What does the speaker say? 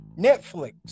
Netflix